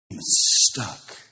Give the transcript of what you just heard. Stuck